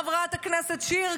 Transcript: חברת הכנסת שיר,